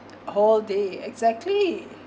whole day exactly